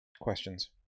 questions